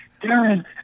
Darren